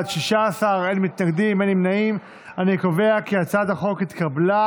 אני קובע כי הצעת החוק התקבלה,